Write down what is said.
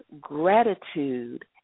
gratitude